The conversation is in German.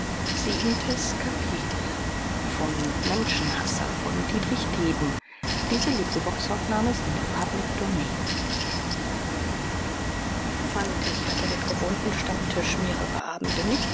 fantig hatte den gewohnten stammtisch mehrere abende